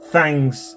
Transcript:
Thanks